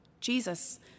Jesus